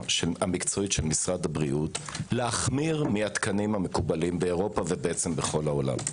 המקצועית של משרד הבריאות להחמיר מהתקנים המקובלים באירופה ובכל העולם.